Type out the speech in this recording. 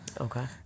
okay